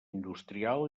industrial